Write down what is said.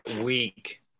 week